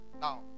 Now